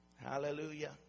Hallelujah